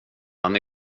han